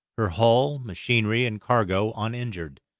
her hull, machinery, and cargo uninjured.